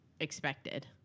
expected